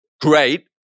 great